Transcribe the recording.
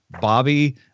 Bobby